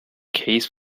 case